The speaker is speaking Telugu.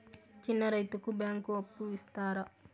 చిన్న రైతుకు బ్యాంకు అప్పు ఇస్తారా?